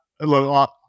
Look